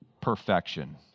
perfection